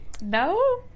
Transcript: No